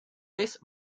vez